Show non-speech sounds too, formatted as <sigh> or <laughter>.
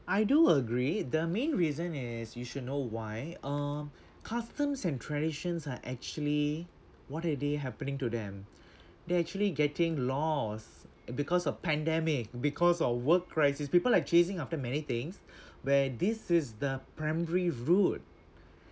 I do agree the main reason is you should know why uh customs and traditions are actually what a day happening to them <breath> they actually getting lost because of pandemic because of work crisis people are chasing after many things <breath> where this is the primary route